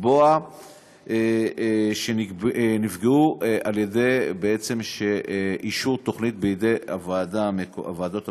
לתבוע שנפגעו על-ידי אישור תוכנית בידי הוועדות המקומיות.